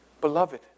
beloved